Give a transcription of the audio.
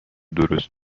درست